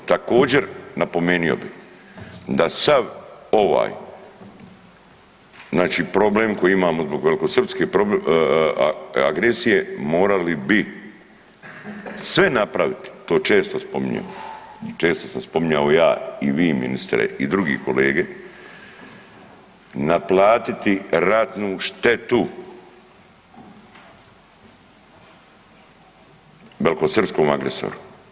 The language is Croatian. Također napomenuo bih da sav ovaj, znači problem kojeg imamo zbog velikosrpske agresije morali bi sve napraviti, to često spominjem, često sam spominjao ja i vi ministre i drugi kolege naplatiti ratnu štetu velikosrpskom agresoru.